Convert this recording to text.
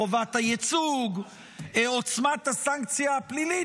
חובת הייצוג עוצמת הסנקציה הפלילית,